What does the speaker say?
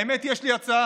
האמת היא, יש לי הצעה: